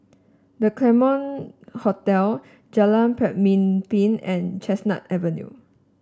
The Claremont Hotel Jalan Pemimpin and Chestnut Avenue